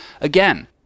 Again